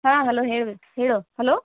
ಹಾಂ ಹಲೋ ಹೇಳಿ ರೀ ಹೇಳು ಹಲೋ